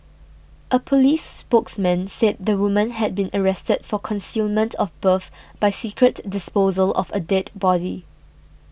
a police spokesman said the woman had been arrested for concealment of birth by secret disposal of a dead body